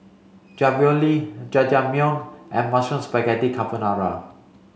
Ravioli Jajangmyeon and Mushroom Spaghetti Carbonara